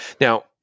Now